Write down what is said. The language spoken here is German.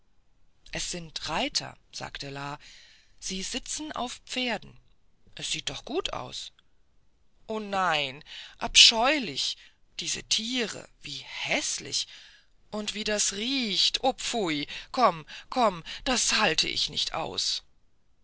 es sind reiter sagte la sie sitzen auf pferden es sieht gut aus o nein abscheulich diese tiere wie häßlich und wie das riecht opfui komm komm das halte ich nicht aus